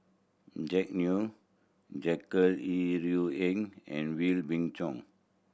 Jack Neo Jackie Yi Ru Ying and Wee Beng Chong